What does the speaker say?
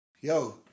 Yo